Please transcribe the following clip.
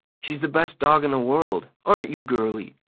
she's the best dog in the world. aren't you, girlie?